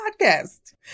Podcast